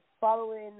following